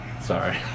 Sorry